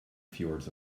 fjords